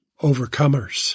overcomers